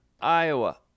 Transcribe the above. Iowa